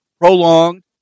prolonged